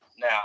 now